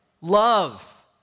Love